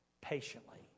patiently